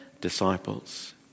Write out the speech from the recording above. disciples